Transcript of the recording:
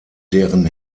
deren